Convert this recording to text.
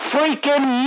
Freaking